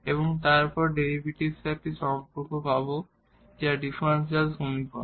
এবং তাদের ডেরিভেটিভের একটি সম্পর্ক পাব যা ডিফারেনশিয়াল সমীকরণ